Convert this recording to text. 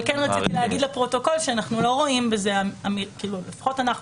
כן רציתי להגיד לפרוטוקול שלפחות אנחנו